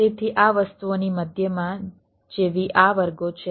તેથી આ વસ્તુઓની મધ્યમાં જેવી આ વર્ગો છે